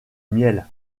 miel